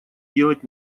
делать